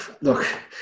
Look